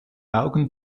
augen